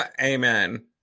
Amen